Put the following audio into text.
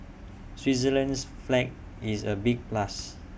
Switzerland's flag is A big plus